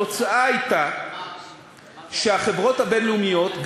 התוצאה הייתה שהחברות הבין-לאומיות,